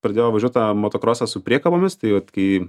pradėjo važiuot tą motokrosą su priekabomis tai vat kai